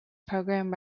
program